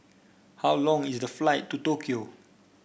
how long is the flight to Tokyo